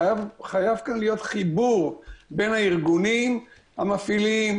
חייב להיות כאן חיבור בין הארגונים המפעילים,